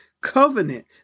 covenant